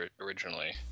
originally